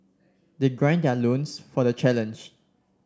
they gird their loins for the challenge